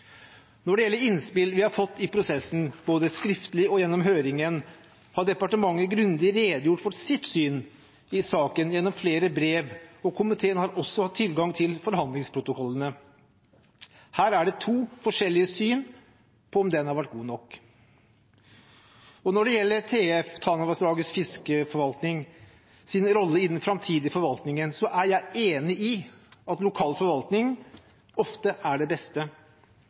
Når det gjelder innspill vi har fått i prosessen, både skriftlig og gjennom høringen, har departementet grundig redegjort for sitt syn i saken gjennom flere brev, og komiteen har også hatt tilgang til forhandlingsprotokollene. Her er det to forskjellige syn på om den har vært god nok. Når det gjelder rollen til Tanavassdragets fiskeforvaltning, TF, i den framtidige forvaltningen, er jeg enig i at lokal forvaltning ofte er det beste.